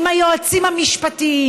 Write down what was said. עם היועצים המשפטיים,